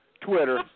Twitter